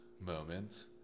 moments